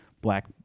black